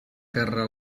terra